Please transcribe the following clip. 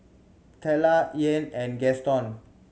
Teela Ian and Gaston